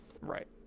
Right